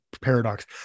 paradox